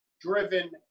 driven